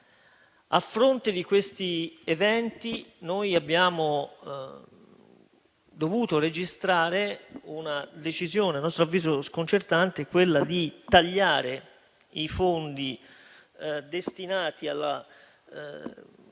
A fronte di questi eventi noi abbiamo dovuto registrare una decisione - a nostro avviso sconcertante - volta a tagliare i fondi destinati alla